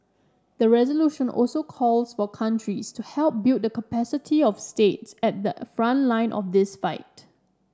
the resolution also calls for countries to help build the capacity of states at the front line of this fight